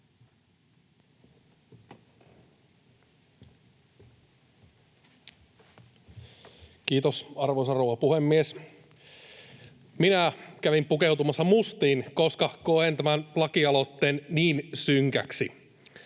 Kiitos, arvoisa rouva puhemies! Kävin pukeutumassa mustiin, koska koen tämän lakialoitteen niin synkäksi.